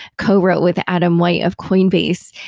co-wrote with adam white of coinbase.